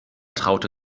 traute